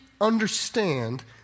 understand